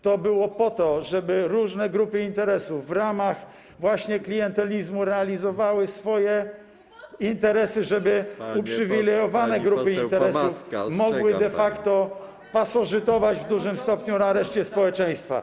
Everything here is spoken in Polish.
To było po to, żeby różne grupy interesów w ramach właśnie klientelizmu realizowały swoje interesy (Gwar na sali), żeby uprzywilejowane grupy interesów mogły de facto pasożytować w dużym stopniu na reszcie społeczeństwa.